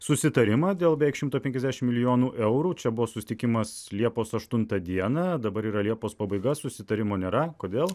susitarimą dėl beveik šimto penkiasdešimt milijonų eurų čia buvo susitikimas liepos aštuntą dieną dabar yra liepos pabaiga susitarimo nėra kodėl